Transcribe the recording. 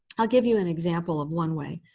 i'll give you an example of one way.